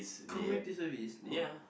community service no